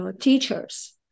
teachers